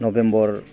November